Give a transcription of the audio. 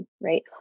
right